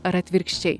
ar atvirkščiai